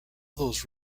those